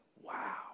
wow